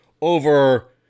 over